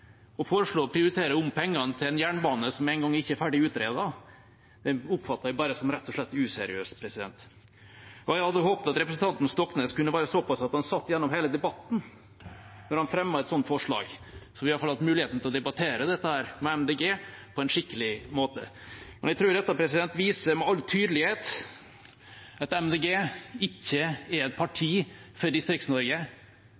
pengene til en jernbane som ikke engang er ferdig utredet, oppfatter jeg rett og slett som useriøst. Jeg hadde håpet at representanten Stoknes kunne vært så pass at han satt gjennom hele debatten når han fremmet et slikt forslag, slik at vi hadde hatt muligheten til å debattere dette med Miljøpartiet De Grønne på en skikkelig måte. Jeg tror dette viser med all tydelighet at Miljøpartiet De Grønne ikke er et